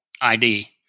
ID